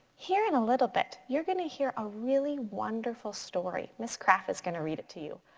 here in a little bit you're gonna hear a really wonderful story. miss kraff is gonna read it to you,